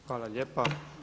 Hvala lijepa.